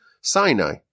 Sinai